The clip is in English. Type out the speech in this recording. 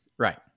Right